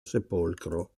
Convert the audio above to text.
sepolcro